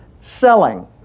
selling